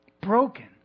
broken